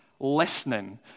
listening